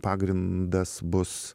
pagrindas bus